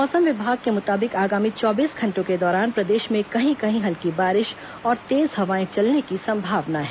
मौसम विभाग के मुताबिक आगामी चौबीस घंटों के दौरान प्रदेश में कहीं कहीं हल्की बारिश और तेज हवाएं चलने की संभावना है